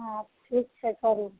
हाँ ठीक छै करू